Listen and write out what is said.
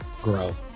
grow